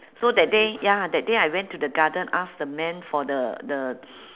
so that day ya that day I went to the garden ask the man for the the